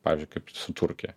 pavyzdžiui kaip su turkija